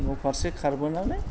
न'फारसे खारबोनानै